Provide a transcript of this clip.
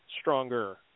stronger